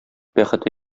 бәхете